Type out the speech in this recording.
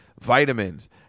Vitamins